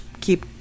Keep